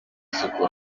isuku